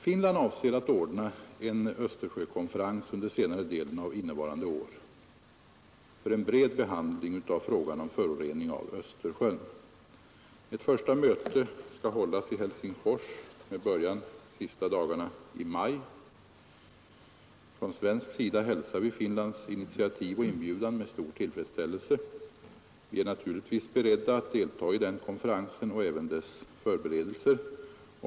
Finland avser att ordna en Östersjökonferens under senare delen av innevarande år för en bred behandling av frågan om förorening av Östersjön. Ett förberedande möte skall hållas i Helsingfors med början sista dagarna i maj. Från svensk sida hälsar vi Finlands initiativ och inbjudan med stor tillfredsställelse. Vi är naturligtvis inställda på att delta i den konferensen och även i dess förberedelser.